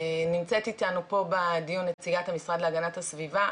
נמצאת איתנו פה בדיון נציגת המשרד להגנת הסביבה,